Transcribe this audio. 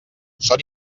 són